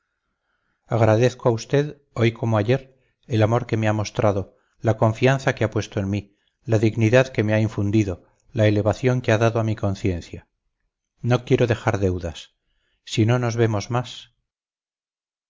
agradezco a usted hoy como ayer el amor que me ha mostrado la confianza que ha puesto en mí la dignidad que me ha infundido la elevación que ha dado a mi conciencia no quiero dejar deudas si no nos vemos más